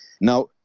Now